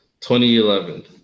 2011